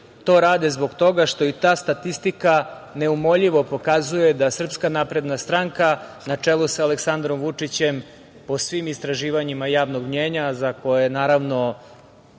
to rade zbog toga što i ta statistika neumoljivo pokazuje da SNS na čelu sa Aleksandrom Vučićem po svim istraživanjima javnog mnjenja, za koje je, naravno,